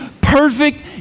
perfect